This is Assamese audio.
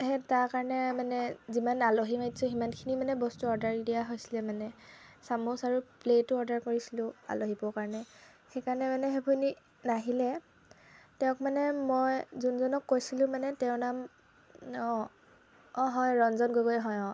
সেই তাৰ কাৰণে মানে যিমান আলহী মাতিছোঁ সিমানখিনি মানে বস্তু অৰ্ডাৰ দিয়া হৈছিলে মানে চামুচ আৰু প্লেটো অৰ্ডাৰ কৰিছিলোঁ আলহীবোৰৰ কাৰণে সেইকাৰণে মানে আপুনি নাহিলে তেওঁক মানে মই যোনজনক কৈছিলোঁ মানে তেওঁৰ নাম অঁ অঁ হয় ৰঞ্জন গগৈ হয় অঁ